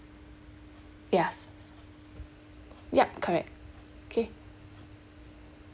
yes yup correct K